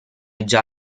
già